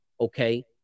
Okay